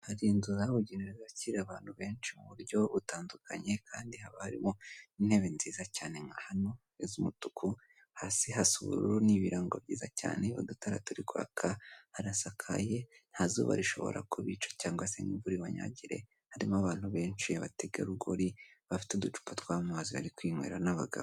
Hari inzu zabugenewe zakira abantu benshi mu buryo butandukanye kandi haba harimo n'intebe nziza cyane nka hano zisa umutuku hasi hasa ubururu n'ibirango byiza cyane udutara turi kwaka harasakaye nta zuba rishobora kubica cyangwa se ngo imvura ibanyagire, harimo abantu benshi abategarugori bafite uducupa tw'amazi bari kwinywera n'abagabo.